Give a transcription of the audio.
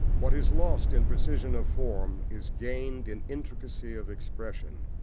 what is lost in precision of form is gained in intricacy of expression.